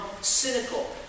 cynical